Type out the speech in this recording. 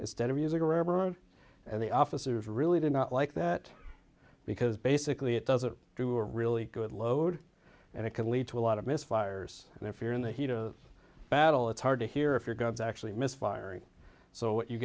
instead of using rubber and the officers really did not like that because basically it doesn't do a really good load and it can lead to a lot of misfires and if you're in the heat of battle it's hard to hear if your guns actually misfiring so